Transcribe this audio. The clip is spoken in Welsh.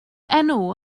enw